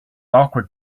awkward